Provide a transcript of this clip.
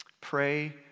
pray